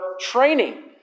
training